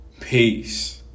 Peace